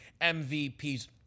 MVPs